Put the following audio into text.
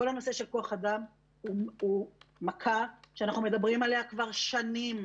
כל הנושא של כוח אדם הוא מכה שאנחנו מדברים עליה כבר שנים.